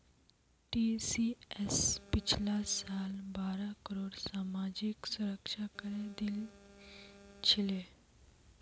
TCS पिछला साल बारह करोड़ सामाजिक सुरक्षा करे दिल छिले